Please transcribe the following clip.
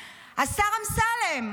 2. השר אמסלם,